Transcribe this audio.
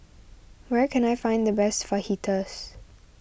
where can I find the best Fajitas